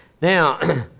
Now